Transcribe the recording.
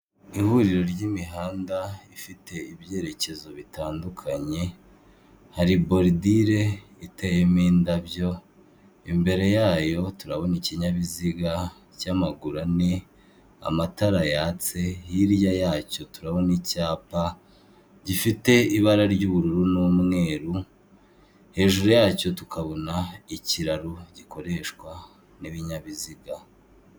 Ihuriro ry'imihanda ifete ibyerekezo bitandukanye hari borodire iteyemo indabyo, imbere yayo turabona ikinyabiziga cy'amaguru ane amatara yatse hirya yacyo turabona icyapa gifite ibara ry'ubururu n'umweru, hejuru yacyo tukabona ikiraro gikoreshwa n'ibinyabiziga .